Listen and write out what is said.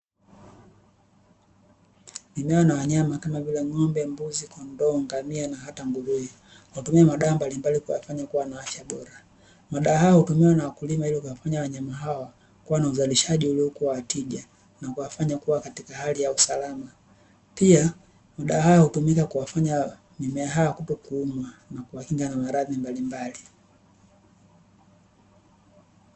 Mimea na wanyama kama vile: ng’ombe, mbuzi, kondoo, ngamia na hata nguruwe hutumia madawa mbalimbali kuwafanya kuwa na afya bora. Madawa hayo hutumiwa na wakulima ili kuwafanya wanyama hao kuwa na uzalishaji uliokuwa wa tija na kuwafanya kuwa katika hali ya usalama, pia madawa hayo hutumika kuwafanya mimea ha kuto kuumwa na kuwakinga na maradhi mbalimbali.